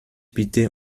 bitte